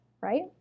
right